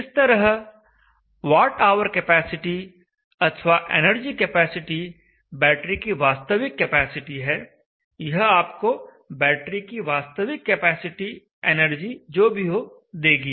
इस तरह watt hour capacity अथवा एनर्जी कैपेसिटी बैटरी की वास्तविक कैपेसिटी है यह आपको बैटरी की वास्तविक केपेसिटी एनर्जी जो भी हो देगी